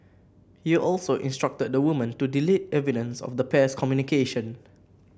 he also instructed the woman to delete evidence of the pair's communication